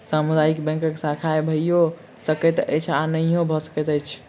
सामुदायिक बैंकक शाखा भइयो सकैत अछि आ नहियो भ सकैत अछि